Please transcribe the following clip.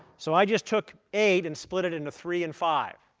so i just took eight, and split it into three and five.